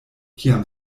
kiam